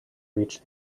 reach